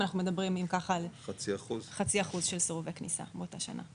אנחנו מדברים על חצי אחוז של סירובי כניסה באותה שנה.